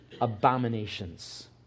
abominations